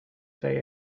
say